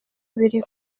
bibiri